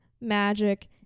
magic